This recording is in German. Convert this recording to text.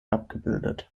abgebildet